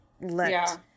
let